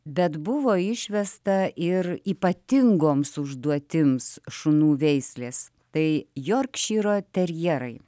bet buvo išvesta ir ypatingoms užduotims šunų veislės tai jorkšyro terjerai